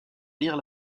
lire